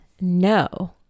no